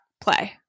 play